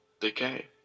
Decay